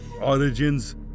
Origins